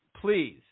please